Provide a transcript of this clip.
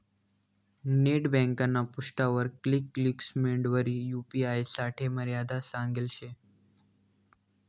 net ब्यांकना पृष्ठावर quick links मेंडवरी यू.पी.आय साठे मर्यादा सांगेल शे